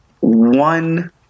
one